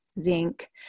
zinc